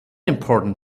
important